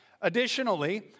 Additionally